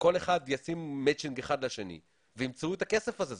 שכל אחד ישים מצ'ינג אחד לשני וימצאו את הכסף הזה,